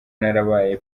narabaye